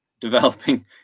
developing